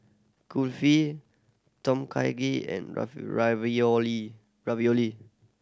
Kulfi Tom Kha Gai and Ravioli Ravioli